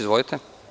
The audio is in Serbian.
Izvolite.